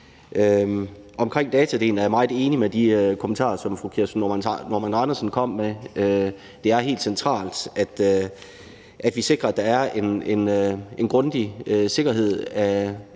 Omkring datadelen er jeg meget enig i de kommentarer, som fru Kirsten Normann Andersen kom med. Det er helt centralt, at vi sikrer, at der er en grundig sikkerhedsindsats